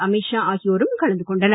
அமீத் ஷா ஆகியோரும் கலந்து கொண்டனர்